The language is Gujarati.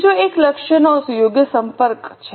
ત્રીજો એક લક્ષ્યોનો યોગ્ય સંપર્ક છે